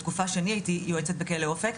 בתקופה שאני הייתי יועצת בכלא אופק,